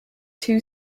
two